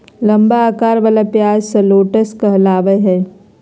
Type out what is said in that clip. लंबा अकार वला प्याज शलोट्स कहलावय हय